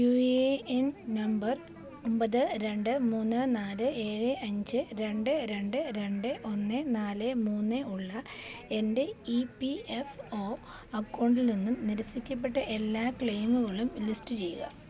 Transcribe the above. U A N number ഒമ്പത് രണ്ട് മൂന്ന് നാല് ഏഴ് അഞ്ച് രണ്ട് രണ്ട് രണ്ട് ഒന്ന് നാല് മൂന്ന് ഉള്ള എൻ്റെ ഇ പി എഫ് ഒ അക്കൗണ്ടിൽ നിന്ന് നിരസിക്കപ്പെട്ട എല്ലാ ക്ലെയിമുകളും ലിസ്റ്റ് ചെയ്യുക